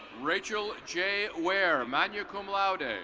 rachel j. ware, ah magna cum laude.